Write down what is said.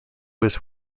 was